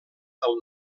del